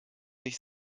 sich